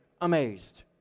amazed